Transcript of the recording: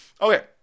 Okay